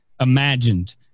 imagined